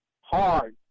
Hard